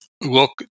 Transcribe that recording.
look